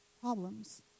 problems